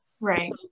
right